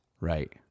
Right